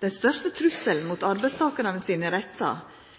Den største trusselen mot arbeidstakarane sine rettar